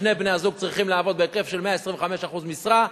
ששני בני-הזוג צריכים לעבוד בהיקף של 125% משרה,